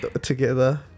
Together